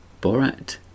Borat